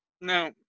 No